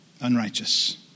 Unrighteous